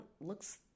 looks